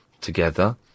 together